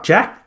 Jack